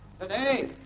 Today